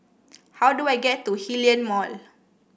how do I get to Hillion Mall